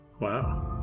Wow